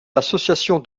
l’association